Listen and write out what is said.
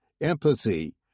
empathy